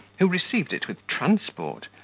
who received it with transport,